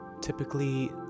Typically